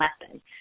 lesson